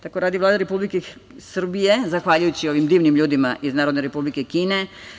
Tako radi Vlada Republike Srbije, zahvaljujući ovim divnim ljudima iz Narodne Republike Kine.